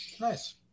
nice